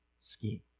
scheme